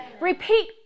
Repeat